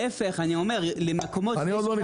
להיפך אני אומר שלמקומות --- אני עוד לא